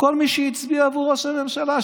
לכל מי שהצביע בעבור ראש הממשלה,